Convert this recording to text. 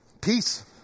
Peace